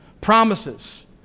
Promises